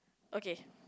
okay